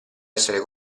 essere